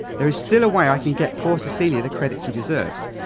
there is still a way i can get poor cecilia the credit she deserves.